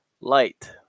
light